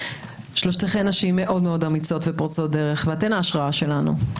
שלושתכן נשים מאוד מאוד אמיצות ופורצות דרך ואתן ההשראה שלנו.